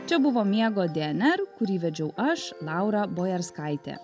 čia buvo miego dnr kurį vedžiau aš laura bojarskaitė